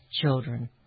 Children